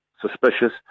suspicious